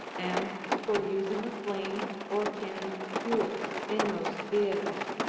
and for using a flame or canned fuel, in most theatres.